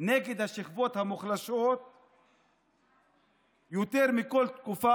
נגד השכבות המוחלשות יותר מכל תקופה